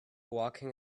walking